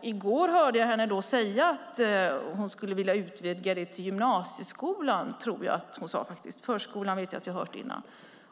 I går hörde jag henne säga att hon skulle vilja utvidga det till gymnasieskolan; förskolan har jag hört tidigare.